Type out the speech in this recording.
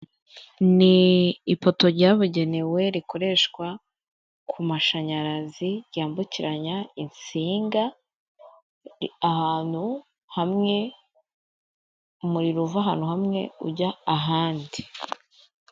Ni ipoto ryabugenewe rikoreshwa ku mashanyarazi ryambukiranya insinga ahantu hamwe, umuriro uva ahantu hamwe ujya ahandi.